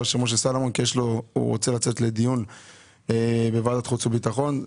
למשה סולומון כי הוא צריך לצאת לדיון בוועדת החוץ והביטחון.